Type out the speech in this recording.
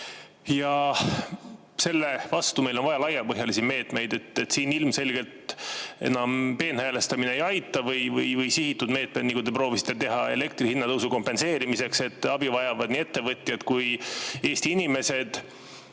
ja selle vastu meil on vaja laiapõhjalisi meetmeid. Siin ilmselgelt enam ei aita peenhäälestamine või sihitud meetmed, nagu te proovisite teha elektri hinna tõusu kompenseerimiseks. Abi vajavad nii ettevõtjad kui ka Eesti inimesed.